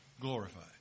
glorified